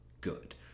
good